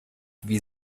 wie